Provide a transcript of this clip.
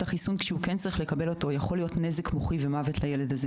החיסון כשהוא צריך לקבל היא סיכון בנזק מוחי ומוות לילד.